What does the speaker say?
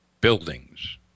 Buildings